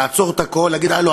לעצור הכול ולומר: הלו,